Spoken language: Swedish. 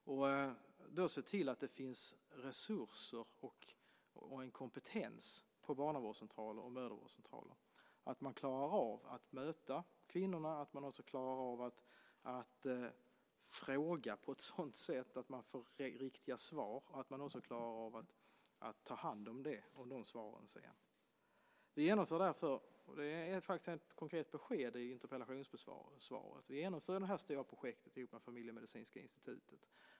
Det gäller att se till att det finns resurser och en kompetens på barnavårdscentraler och mödravårdscentraler, att man klarar av att möta kvinnorna, att man klarar av att fråga på ett sådant sätt att man får riktiga svar, att man också klarar av att ta hand om de svaren sedan. Vi genomför därför - det är faktiskt ett konkret besked i interpellationssvaret - det stora projektet ihop med Familjemedicinska institutet.